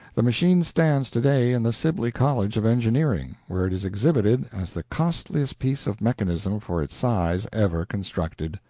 the machine stands to-day in the sibley college of engineering, where it is exhibited as the costliest piece of mechanism for its size ever constructed.